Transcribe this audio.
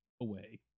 away